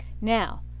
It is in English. Now